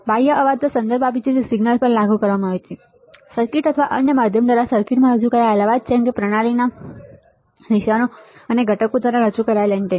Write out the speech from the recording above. બાહ્ય એ અવાજનો સંદર્ભ આપે છે જે સિગ્નલ પર લાગુ કરવામાં આવે છે સર્કિટ અથવા અન્ય માધ્યમ દ્વારા સર્કિટમાં રજૂ કરાયેલ અવાજ જેમ કે પ્રણાલીમાંના નિશાનો અને ઘટકો દ્વારા રચાયેલી એન્ટેના